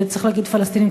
וצריך להגיד פלסטינים,